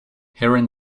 hearing